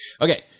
Okay